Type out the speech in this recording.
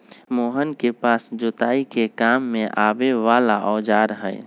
मोहन के पास जोताई के काम में आवे वाला औजार हई